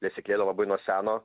lesyklėlę labai nuo seno